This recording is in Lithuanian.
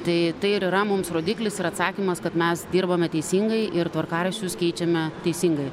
tai tai ir yra mums rodiklis ir atsakymas kad mes dirbame teisingai ir tvarkaraščius keičiame teisingai